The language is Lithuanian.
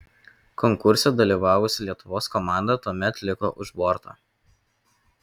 konkurse dalyvavusi lietuvos komanda tuomet liko už borto